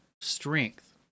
strength